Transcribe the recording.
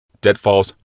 deadfalls